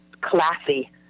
classy